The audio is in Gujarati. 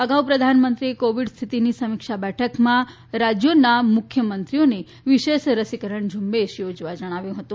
અગાઉ પ્રધાનમંત્રીએ કોવિડ સ્થિતિની સમીક્ષા બેઠકમાં રાજ્યોને મુખ્યમંત્રીઓને વિશેષ રસીકરણ ઝુંબેશ યોજવા જણાવ્યું હતું